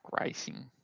racing